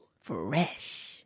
Fresh